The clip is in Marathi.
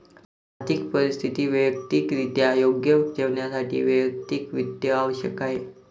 आर्थिक परिस्थिती वैयक्तिकरित्या योग्य ठेवण्यासाठी वैयक्तिक वित्त आवश्यक आहे